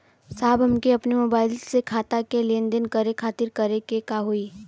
साहब हमके अपने मोबाइल से खाता के लेनदेन करे खातिर का करे के होई?